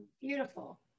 beautiful